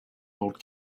old